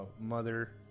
mother